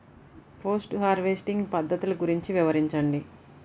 Post harvesting పద్ధతులు గురించి వివరించండి?